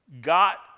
got